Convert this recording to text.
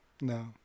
No